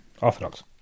Orthodox